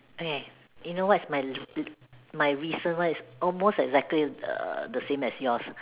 okay you know what is my my recent one is almost exactly the the same as yours